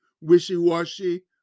wishy-washy